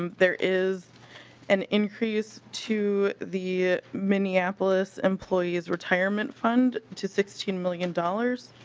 um there is an increase to the minneapolis employees retirement fund to sixteen million dollars.